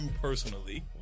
personally